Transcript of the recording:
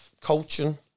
coaching